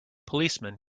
policemen